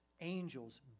angels